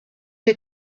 des